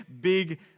big